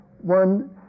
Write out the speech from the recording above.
one